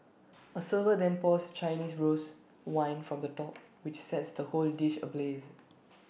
A server then pours Chinese rose wine from the top which sets the whole dish ablaze